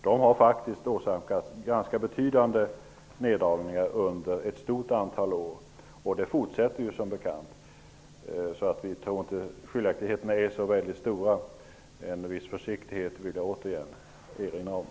De har faktiskt åsamkats ganska betydande neddragningar under ett stort antal år. Detta fortsätter -- som bekant. Jag tror inte att skiljaktigheterna är så stora. Jag vill återigen erinra om en viss försiktighet.